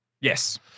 yes